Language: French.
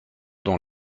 dans